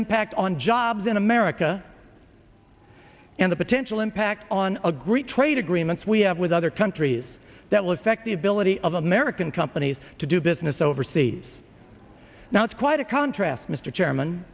impact on jobs in america and the potential impact on a great trade agreements we have with other countries that will affect the ability of american companies to do business overseas now it's quite a contrast mr